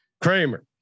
Kramer